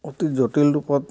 অতি জটিল ৰূপত